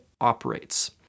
operates